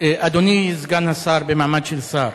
אדוני סגן השר במעמד של שר,